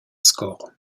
score